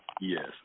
Yes